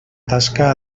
tasca